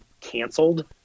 canceled